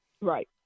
Right